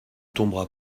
tombera